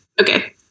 okay